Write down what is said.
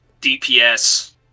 DPS